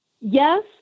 Yes